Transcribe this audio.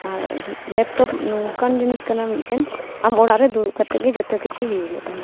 ᱟᱨ laptop ᱱᱚᱝᱠᱟᱱ ᱡᱤᱱᱤᱥ ᱠᱟᱱᱟ ᱢᱤᱫᱴᱮᱱ ᱟᱢ ᱚᱲᱟᱜᱨᱮ ᱫᱩᱲᱩᱵ ᱠᱟᱛᱮᱫ ᱜᱮ ᱡᱚᱛᱚ ᱠᱤᱪᱷᱩ ᱦᱩᱭᱩᱜᱚᱜ ᱛᱟᱢᱟ